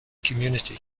community